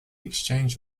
exchange